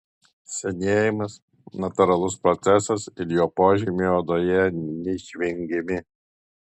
senėjimas natūralus procesas ir jo požymiai odoje yra neišvengiami